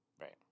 Right